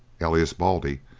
alias baldy,